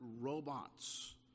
robots